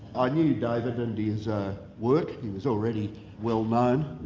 i knew david and his ah work he was already well known.